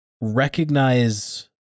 recognize